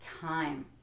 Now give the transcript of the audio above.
time